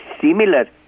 similar